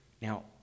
Now